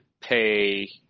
pay